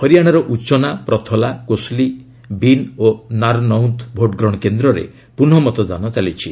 ହରିଆଣାର ଉଚ୍ଚନା ପ୍ରଥଲା କୋଶଲୀ ବିନ୍ ଓ ନାରନଉଁଦ୍ ଭୋଟ୍ଗ୍ରହଣ କେନ୍ଦ୍ରରେ ପୁନଃମତଦାନ ଚାଲିଛି